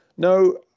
no